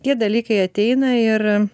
tie dalykai ateina ir